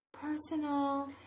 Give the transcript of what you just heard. Personal